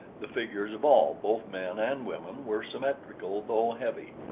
the figures of all, both men and women, were symmetrical though heavy,